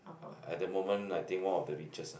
at that moment I think one of the richest ah